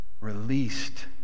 released